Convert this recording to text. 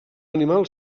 animal